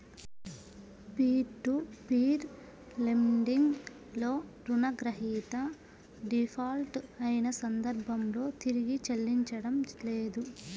peer to peer lending లో రుణగ్రహీత default అయిన సందర్భంలో తిరిగి చెల్లించడం లేదు